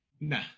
Nah